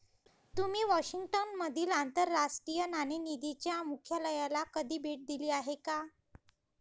तुम्ही वॉशिंग्टन मधील आंतरराष्ट्रीय नाणेनिधीच्या मुख्यालयाला कधी भेट दिली आहे का?